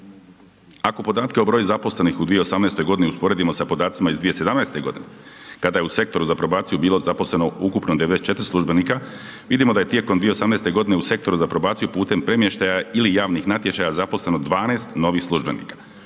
Ako podatke o broju zaposlenih u 2018. usporedimo sa podacima iz 2017. g. kada je u Sektoru za probaciju bilo zaposleno ukupno 94 službenika, vidimo da je tijekom 2018. g. u Sektoru za probaciju putem premještaja ili javnih natječaja zaposleno 12 novih službenika.